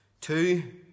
two